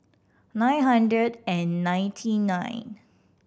nine hundred and ninety nine